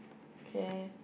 okay